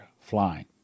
flying